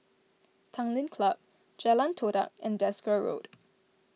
Tanglin Club Jalan Todak and Desker Road